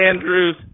Andrews